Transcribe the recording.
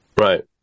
Right